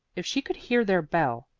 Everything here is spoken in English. if she could hear their bell,